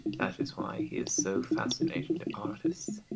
that is why he is so fascinating to artists.